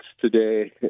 today